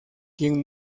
quien